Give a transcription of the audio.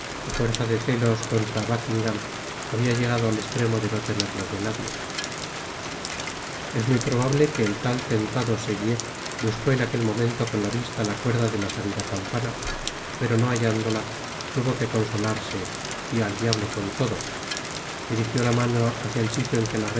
á fuerza de celos contra buckingam habia llegado al estremo de no tenerlos de nadie es muy probable que el tan tentado seguier buscó en aquel momento con la vista la cuerda de la sabida campana pero no hallándola tuvo que consolarse y al diablo con todo dirigió la mano hácia el sitio en que la